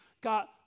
got